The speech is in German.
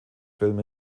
film